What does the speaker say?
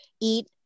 eat